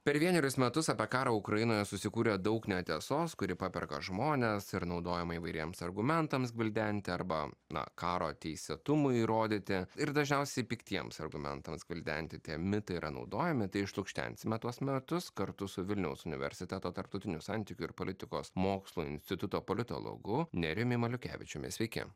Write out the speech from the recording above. per vienerius metus apie karą ukrainoje susikūrė daug netiesos kuri paperka žmones ir naudojama įvairiems argumentams gvildenti arba na karo teisėtumui įrodyti ir dažniausiai piktiems argumentams gvildenti tie mitai yra naudojami išlukštensime tuos mitus kartu su vilniaus universiteto tarptautinių santykių ir politikos mokslų instituto politologu nerijumi maliukevičiumi sveiki